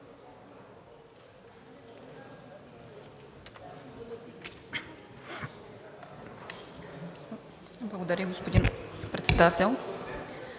Благодаря, господин Председател.